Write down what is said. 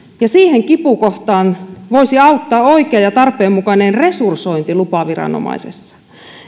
ja siihen kipukohtaan voisi auttaa oikea ja tarpeenmukainen resursointi lupaviranomaisessa